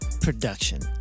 production